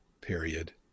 period